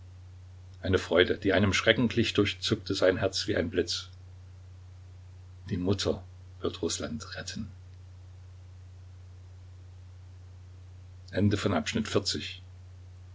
eine freude die einem schrecken glich durchzuckte sein herz wie ein blitz die mutter wird rußland retten